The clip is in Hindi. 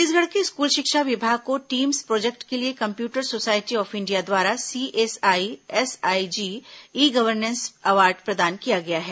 छत्तीसगढ़ के स्कूल शिक्षा विभाग को टीम्स प्रोजेक्ट के लिए कम्प्यूटर सोसायटी ऑफ इंडिया द्वारा C SISIG e governance award प्रदान किया गया है